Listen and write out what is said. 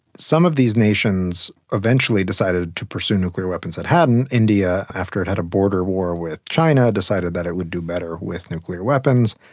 some of these nations eventually decided to pursue nuclear weapons that hadn't. india, after it had a border war with china, decided that it would do better with nuclear weapons.